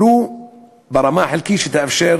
ולו ברמה חלקית, שתאפשר